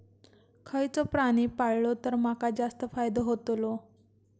खयचो प्राणी पाळलो तर माका जास्त फायदो होतोलो?